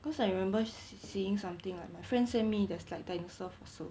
cause I remember seeing something like my friends send me the slide dinosaur fossil